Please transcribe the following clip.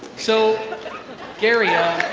so gary. ah